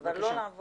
בבקשה.